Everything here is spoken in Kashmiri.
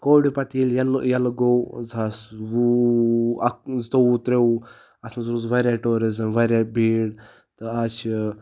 کووِڈ پَتہٕ ییٚلہِ ییٚلہٕ ییٚلہٕ گوٚو زٕ ساس وُہ اَکہٕ زٕتووُہ ترٛووُہ اَتھ منٛز اوس واریاہ ٹوٗرِزَم واریاہ بیٖڈ تہٕ اَز چھِ